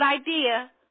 idea